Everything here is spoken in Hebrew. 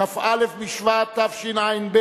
כ"א בשבט תשע"ב,